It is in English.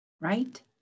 right